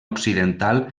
occidental